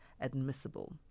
admissible